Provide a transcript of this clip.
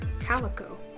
Calico